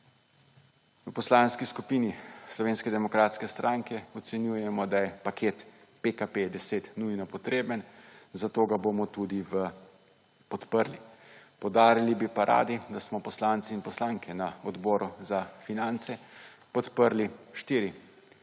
V Poslanski skupini Slovenske demokratske stranke ocenjujemo, da je paket PKP10 nujno potreben. Zato ga bomo tudi podprli. Poudarili bi pa radi, da smo poslanci in poslanke na Odboru za finance podprli štiri